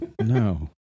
No